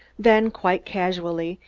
then, quite casually,